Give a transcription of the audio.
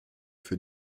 für